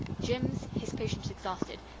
jims, his patience exhausted,